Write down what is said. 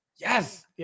Yes